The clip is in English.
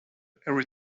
every